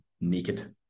naked